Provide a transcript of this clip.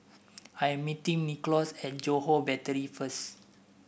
I am meeting Nicklaus at Johore Battery first